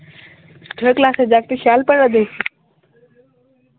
क्लासे जाकत शैल पढ़ा दे